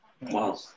Wow